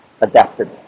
adapted